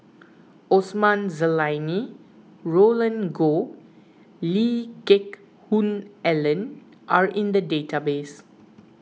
Osman Zailani Roland Goh Lee Geck Hoon Ellen are in the database